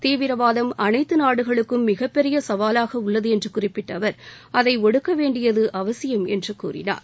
தீவிரவாதம் அனைத்து நாடுகளுக்கும் மிகப்பெரிய சவாலாக உள்ளது என்று குறிப்பிட்ட அவர் அதை ஒடுக்க வேண்டியது அவசியம் என்று கூறினார்